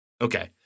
Okay